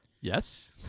Yes